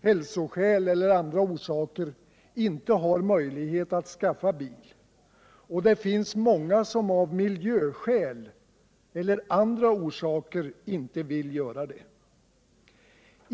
hälsoskäl eller andra orsaker inte har möjlighet att skaffa bil, och det finns många som av miljöskäl eller andra orsaker inte vill göra det.